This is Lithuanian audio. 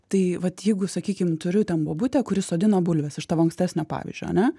tai vat jeigu sakykim turiu ten bobutę kuri sodina bulves iš tavo ankstesnio pavyzdžio ane